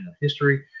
History